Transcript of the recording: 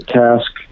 task